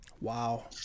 Wow